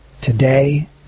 today